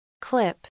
Clip